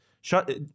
Shut